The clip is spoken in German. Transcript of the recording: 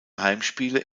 heimspiele